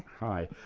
hi.